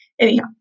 anyhow